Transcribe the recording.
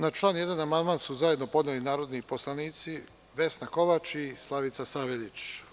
Na član 1. amandman su zajedno podneli narodni poslanici Vesna Kovač i Slavica Saveljić.